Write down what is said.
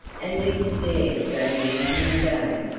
and didn't dare go near him again.